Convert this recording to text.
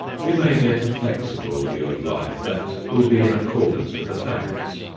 we may get a flexible view of life that will be in accordance with the facts,